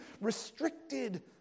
restricted